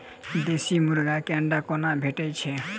देसी मुर्गी केँ अंडा कोना भेटय छै?